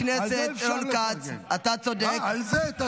חבר הכנסת רון כץ, אתה צודק.